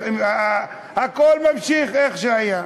הכול ממשיך איך שהיה.